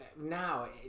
now